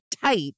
tight